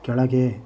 ಕೆಳಗೆ